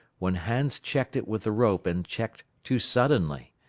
when hans checked it with the rope and checked too suddenly.